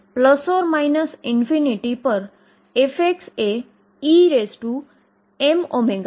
box માં રહેલા particle માટેના શ્રોડિંજર Schrödinger સમીકરણને ઉકેલો